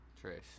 Trace